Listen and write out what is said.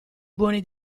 buoni